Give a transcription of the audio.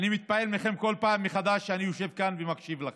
אני מתפעל מכם כל פעם מחדש כשאני יושב כאן ומקשיב לכם.